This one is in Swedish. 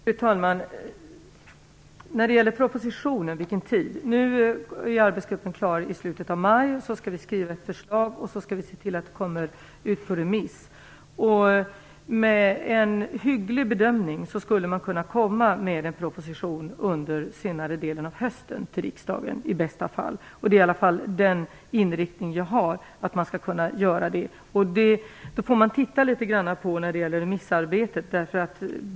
Fru talman! Jag skall först svara på frågan om vilken tid propositionen kan väntas. Arbetsgruppen är nu klar, och i slutet på maj skall vi skriva ett förslag och se till att det kommer ut på remiss. En hygglig bedömning vore att man i bästa fall skulle kunna komma med en proposition till riksdagen under senare delen av hösten. Det är i alla fall den inriktning jag har. Sedan får man ta hänsyn till remissarbetet.